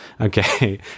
Okay